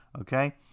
Okay